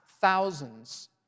thousands